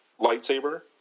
lightsaber